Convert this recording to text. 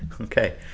Okay